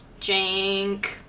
Jank